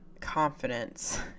confidence